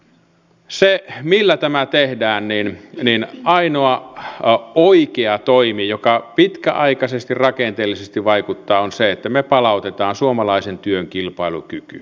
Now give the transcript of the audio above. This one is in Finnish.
se millä tämä tehdään ainoa oikea toimi joka pitkäaikaisesti rakenteellisesti vaikuttaa on se että me palautamme suomalaisen työn kilpailukyvyn